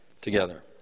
together